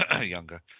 younger